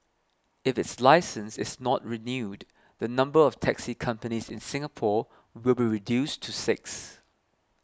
if its licence is not renewed the number of taxi companies in Singapore will be reduced to six